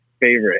favorite